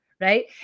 right